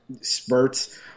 spurts